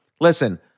listen